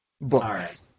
books